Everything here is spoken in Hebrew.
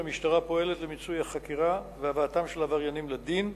והמשטרה פועלת למיצוי החקירה ולהבאתם של העבריינים לדין,